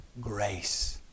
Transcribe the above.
grace